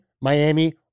Miami